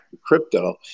crypto